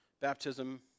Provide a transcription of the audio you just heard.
Baptism